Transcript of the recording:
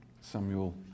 Samuel